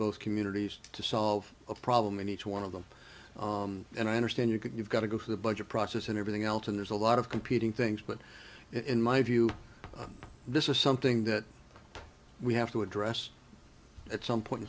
both communities to solve a problem and each one of them and i understand you could you've got to go for the budget process and everything else in there's a lot of competing things but in my view this is something that we have to address at some point in